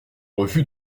refus